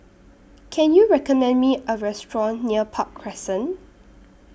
Can YOU recommend Me A Restaurant near Park Crescent